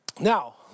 Now